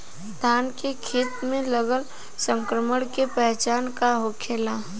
धान के खेत मे लगल संक्रमण के पहचान का होखेला?